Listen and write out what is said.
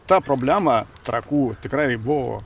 ta problema trakų tikrai buvo